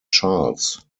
charles